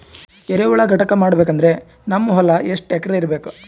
ಎರೆಹುಳ ಘಟಕ ಮಾಡಬೇಕಂದ್ರೆ ನಮ್ಮ ಹೊಲ ಎಷ್ಟು ಎಕರ್ ಇರಬೇಕು?